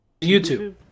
YouTube